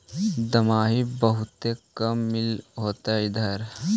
दमाहि बहुते काम मिल होतो इधर?